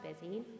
busy